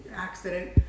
accident